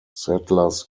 settlers